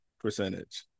percentage